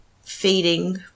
feeding